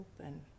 open